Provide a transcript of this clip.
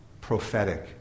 Prophetic